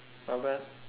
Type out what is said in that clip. not bad